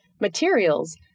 materials